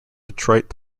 detroit